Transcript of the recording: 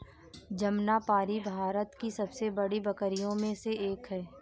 जमनापारी भारत की सबसे बड़ी बकरियों में से एक है